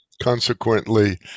Consequently